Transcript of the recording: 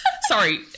sorry